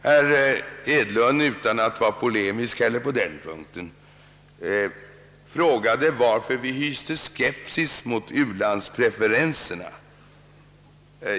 Herr Hedlund frågade — och han var inte polemisk på den punkten heller — varför vi hyste skepsis mot u-landspreferenserna.